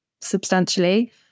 substantially